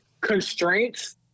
constraints